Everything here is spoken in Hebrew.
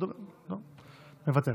מוותר.